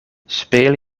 speel